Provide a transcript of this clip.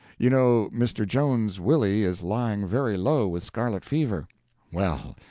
you know mr. jones's willie is lying very low with scarlet fever well,